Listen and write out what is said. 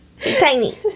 Tiny